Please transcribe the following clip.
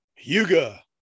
yuga